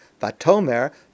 Vatomer